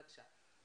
בבקשה.